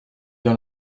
dans